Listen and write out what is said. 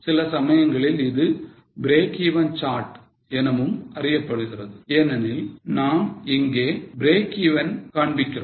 சில சமயங்களில் இது break even chart எனவும் அறியப்படுகிறது ஏனெனில் நாம் இங்கே break even காண்பிக்கிறோம்